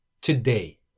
today